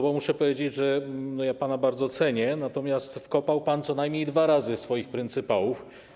Bo muszę powiedzieć, że ja pana bardzo cenię, natomiast wkopał pan co najmniej dwa razy swoich pryncypałów.